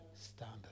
standard